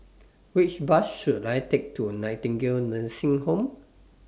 Which Bus should I Take to Nightingale Nursing Home